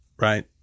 right